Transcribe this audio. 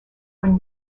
when